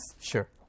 Sure